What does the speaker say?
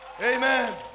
Amen